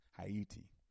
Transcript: Haiti